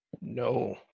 No